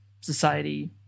society